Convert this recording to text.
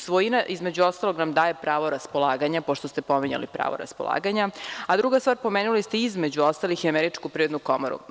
Svojina između ostalog nam daje pravo raspolaganja, pošto ste pominjali pravo raspolaganja, a druga stvar pomenuli ste i između ostalih i Američku privrednu komoru.